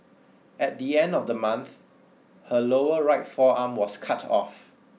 at the end of the month her lower right forearm was cut off